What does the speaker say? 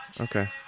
Okay